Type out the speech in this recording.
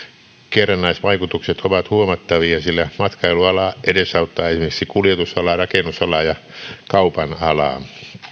kerrannaisvaikutukset ovat huomattavia sillä matkailuala edesauttaa esimerkiksi kuljetusalaa rakennusalaa ja kaupan alaa